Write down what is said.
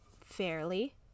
fairly